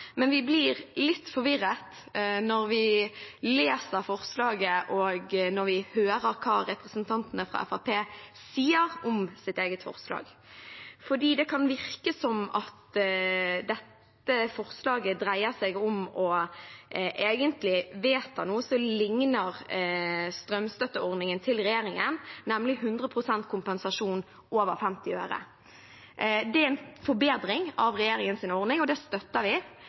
men vi blir litt forvirret når vi leser forslaget, og når vi hører hva representantene fra Fremskrittspartiet sier om sitt eget forslag. For det kan virke som om dette forslaget egentlig dreier seg om å vedta noe som ligner strømstøtteordningen til regjeringen, nemlig 100 pst. kompensasjon over 50 øre. Det er en forbedring av regjeringens ordning, og det støtter vi,